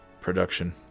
Production